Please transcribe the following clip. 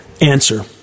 Answer